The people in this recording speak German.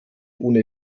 ohne